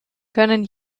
können